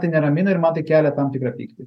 tai neramina ir man tai kelia tam tikrą pyktį